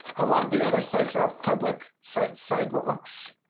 a lot of the other sites are public sites, sidewalks,